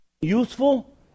useful